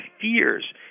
fears